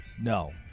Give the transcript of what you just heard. no